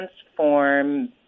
transform